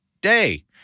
day